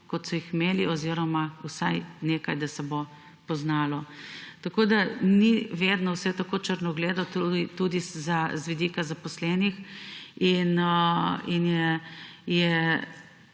kot so jih imeli, oziroma da se bo vsaj nekaj poznalo. Tako da ni vedno vse tako črnogledo tudi z vidika zaposlenih in je